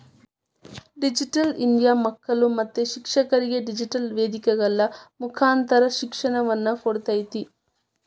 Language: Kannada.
ಡಿಜಿಟಲ್ ಇಂಡಿಯಾ ಮಕ್ಕಳು ಮತ್ತು ಶಿಕ್ಷಕರಿಗೆ ಡಿಜಿಟೆಲ್ ವೇದಿಕೆಗಳ ಮುಕಾಂತರ ಶಿಕ್ಷಣವನ್ನ ಕೊಡ್ತೇತಿ